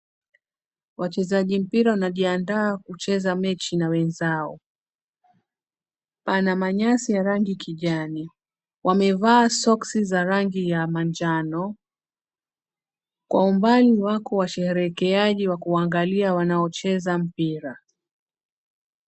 Wachezaji mpira wanajiandaa kucheza mechi na wenzao. Pana manyasi ya rangi kijani, wamevaa soksi za rangi ya manjano. Kwa umbali wako washerekeaji wa kuangalia wanaocheza mpira.